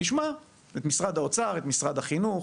ישמע את משרד האוצר ואת משרד החינוך,